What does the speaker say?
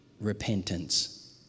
repentance